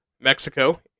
Mexico